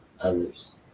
others